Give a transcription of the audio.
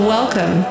Welcome